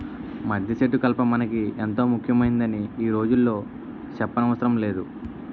మద్దిసెట్టు కలప మనకి ఎంతో ముక్యమైందని ఈ రోజుల్లో సెప్పనవసరమే లేదు